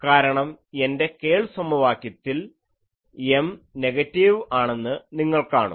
കാരണം എൻ്റെ കേൾ സമവാക്യത്തിൽ M നെഗറ്റീവ് ആണെന്ന് നിങ്ങൾ കാണും